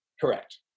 correct